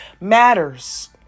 matters